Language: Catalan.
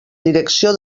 direcció